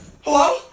Hello